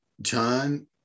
john